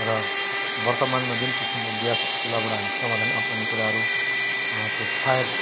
र वर्तमानमा जुन किसिमको ग्यास चुल्हाबाट हामी सावधानी अप्नाउने कुराहरू त्यो फायर